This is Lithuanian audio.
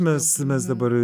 mes mes dabar